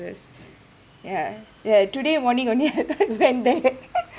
ya ya today morning only I went there